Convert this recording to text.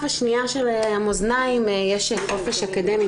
השנייה של המאזניים יש את החופש האקדמי,